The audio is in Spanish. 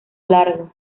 largo